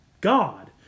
God